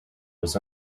was